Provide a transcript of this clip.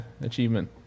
achievement